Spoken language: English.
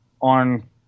on